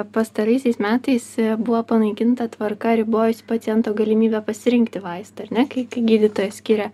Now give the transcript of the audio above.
pastaraisiais metais buvo panaikinta tvarka ribojusi paciento galimybę pasirinkti vaistą ar ne kai kai gydytojas skiria